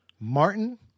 Martin